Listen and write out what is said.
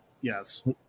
Yes